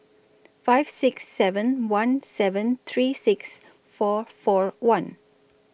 five six seven one seven three six four four one